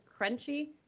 crunchy